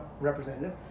representative